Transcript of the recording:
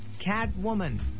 Catwoman